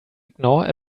ignore